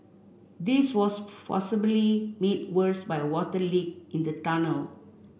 this was possibly made worse by a water leak in the tunnel